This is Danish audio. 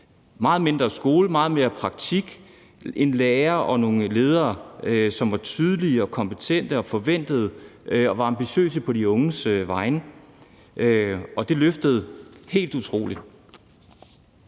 Meget mindre skole, meget mere praktik. Det var nogle lærere og ledere, som var tydelige og kompetente, og som var ambitiøse på de unges vegne. Det løftede helt utroligt.